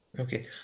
Okay